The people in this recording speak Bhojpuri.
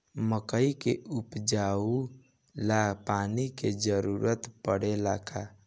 मकई के उपजाव ला पानी के जरूरत परेला का?